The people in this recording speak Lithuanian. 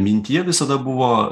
mintyje visada buvo